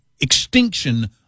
extinction